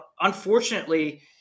unfortunately